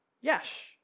Yes